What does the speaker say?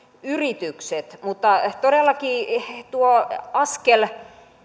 yritykset todellakin tuo askel